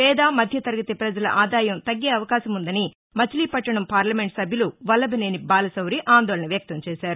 పేద మధ్య తరగతి ప్రజల ఆదాయం తగ్గే అవకాశముందని మచిలీపట్టణం పార్లమెంట్ సభ్యుడు వల్లభినేని బాలసౌరి ఆందోళన వ్యక్తం చేశారు